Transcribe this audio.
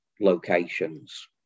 locations